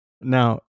Now